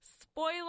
Spoiler